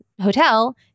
hotel